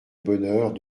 bonheurs